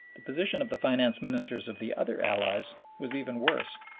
the position of the finance ministers of the other allies was even worse.